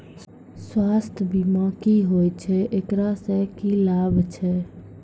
स्वास्थ्य बीमा की होय छै, एकरा से की लाभ छै?